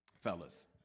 Fellas